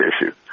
issues